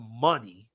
money